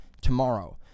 tomorrow